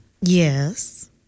yes